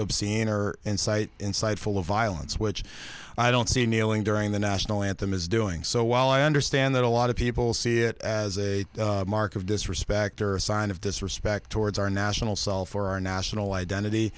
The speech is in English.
obscene or incite inside full of violence which i don't see kneeling during the national anthem is doing so while i understand that a lot of people see it as a mark of disrespect or a sign of disrespect towards our national self or our national identity